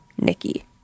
Nikki